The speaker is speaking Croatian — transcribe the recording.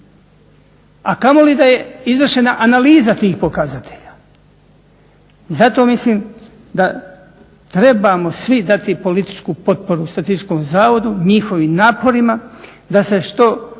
kamoli da je izvršena analiza tih pokazatelja. I zato mislim da trebamo svi dati političku potporu Statističkom zavodu, njihovim naporima da se što